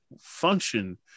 function